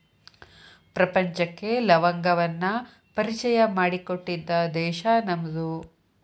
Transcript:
ಪ್ರಪಂಚಕ್ಕೆ ಲವಂಗವನ್ನಾ ಪರಿಚಯಾ ಮಾಡಿಕೊಟ್ಟಿದ್ದ ದೇಶಾ ನಮ್ದು